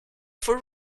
for